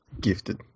Gifted